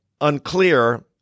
unclear